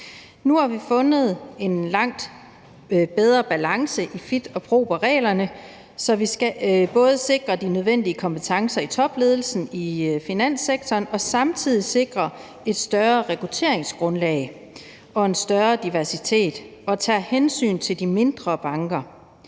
Nu har vi fundet en langt bedre balance med fit and proper-reglerne, så vi både sikrer de nødvendige kompetencer i topledelsen i finanssektoren og samtidig sikrer et større rekrutteringsgrundlag og en større diversitet og tager hensyn til de mindre banker.